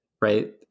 Right